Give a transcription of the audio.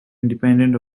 independent